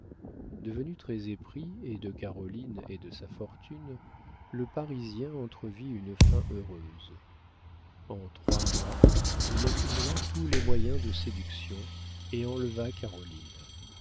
devenu très épris et de caroline et de sa fortune le parisien entrevit une fin heureuse en trois mois il accumula tous les moyens de séduction et enleva caroline